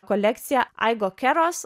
kolekcija aigo keros